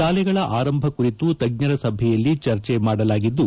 ಶಾಲೆಗಳ ಆರಂಭ ಕುರಿತು ತಜ್ಞರ ಸಭೆಯಲ್ಲಿ ಚರ್ಚೆ ಮಾಡಲಾಗಿದು